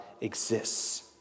exists